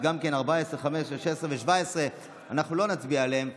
אז גם כן 14, 15, 16 ו-17, אנחנו לא נצביע עליהן.